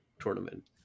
tournament